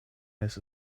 has